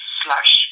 slash